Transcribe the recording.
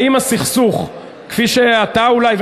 האם הסכסוך כפי שאתה אולי,